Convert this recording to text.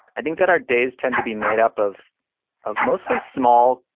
i think that our days tend to be made up of of mostly small,